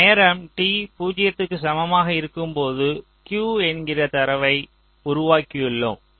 இந்த நேரம் t 0 க்கு சமமாக இருக்கும்போது Q என்கிற தரவை உருவாக்கியுள்ளோம்